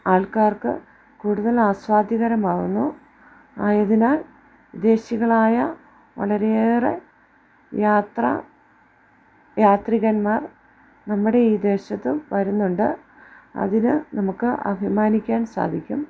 ആൾക്കാർക്ക് കൂടുതൽ ആസ്വാദ്യകരമാവുന്നു ആയതിനാൽ വിദേശികളായ വളരെയേറെ യാത്ര യാത്രികന്മാർ നമ്മുടെ ഈ ദേശത്ത് വരുന്നുണ്ട് അതിന് നമുക്ക് അഭിമാനിക്കാൻ സാധിക്കും